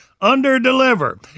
Under-deliver